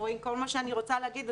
כל מה שאני רוצה להגיד,